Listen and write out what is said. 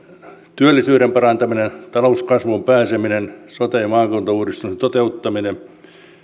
työllisyyden parantaminen talouskasvuun pääseminen sote ja maakuntauudistusten toteuttaminen